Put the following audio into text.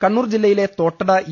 കണ്ണൂർ ജില്ലയിലെ തോട്ടട ഇ